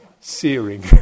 searing